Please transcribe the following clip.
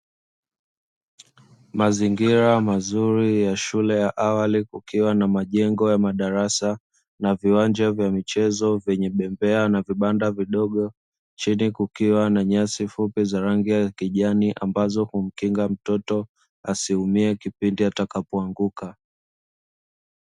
Mazingira mazuri ya shule ya awali, kukiwa na majengo ya madarasa na viwanja vya michezo vyenye bembea na vibanda vidogo. Chini kukiwa na nyasi fupi za rangi ya kijani ambazo humkinga mtoto asiumie kipindi atakapoanguka.